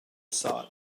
thought